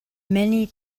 many